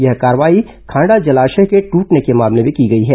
यह कार्रवाई खाड़ा जलाशय के दूटने के मामले में की गई है